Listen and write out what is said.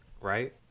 Right